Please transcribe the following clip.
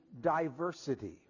diversity